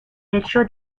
hecho